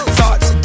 Thoughts